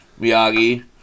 Miyagi